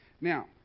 Now